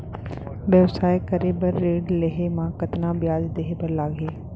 व्यवसाय करे बर ऋण लेहे म कतना ब्याज देहे बर लागही?